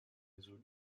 résolut